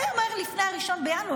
מהר מהר לפני 1 בינואר.